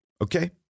Okay